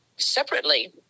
separately